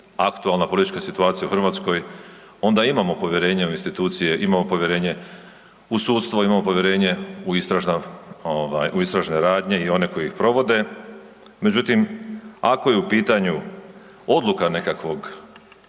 aktualna politička situacija u Hrvatskoj, onda imamo povjerenje u institucije, imamo povjerenje u sudstvo, imao povjerenje u istražne radnje i one koji ih provode, međutim, ako je u pitanju odluka nekakvog